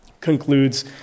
concludes